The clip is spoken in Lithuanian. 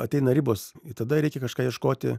ateina ribos ir tada reikia kažką ieškoti